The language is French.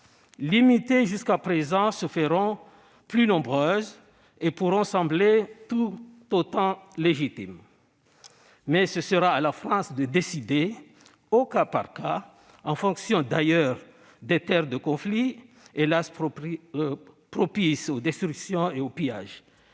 limitées jusqu'à présent, se feront plus nombreuses et pourront sembler tout aussi légitimes. Mais ce sera à la France de décider, au cas par cas, en fonction d'ailleurs des terres de conflits, hélas propices aux destructions et aux pillages.